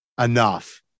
enough